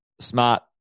smart